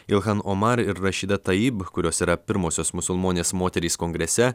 ilhan omar ir rašida taib kurios yra pirmosios musulmonės moterys kongrese